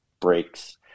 breaks